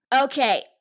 Okay